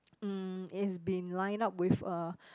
mm it's been line up with uh